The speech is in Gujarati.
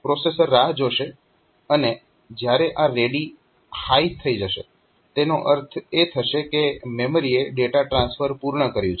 પ્રોસેસર રાહ જોશે અને જ્યારે આ રેડી હાય થઈ જશે તેનો અર્થ એ થશે કે મેમરીએ ડેટા ટ્રાન્સફર પૂર્ણ કર્યું છે